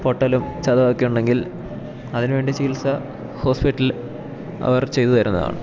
പൊട്ടലും ചതവാക്കെ ഉണ്ടെങ്കിൽ അതിനുവേണ്ടി ചികിത്സ ഹോസ്പിറ്റലില് അവർ ചെയ്തു തരുന്നതാണ്